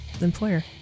employer